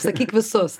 sakyk visus